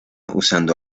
usando